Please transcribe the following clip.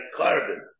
carbon